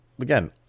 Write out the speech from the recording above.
again